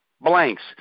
blanks